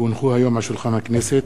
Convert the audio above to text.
כי הונחו היום על שולחן הכנסת,